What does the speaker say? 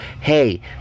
Hey